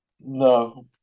No